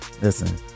Listen